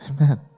Amen